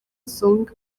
song